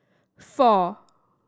four